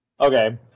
Okay